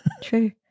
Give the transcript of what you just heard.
true